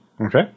okay